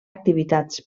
activitats